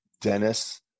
Dennis